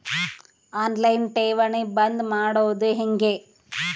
On line ಠೇವಣಿ ಬಂದ್ ಮಾಡೋದು ಹೆಂಗೆ?